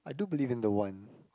I do believe in the one